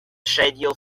schedule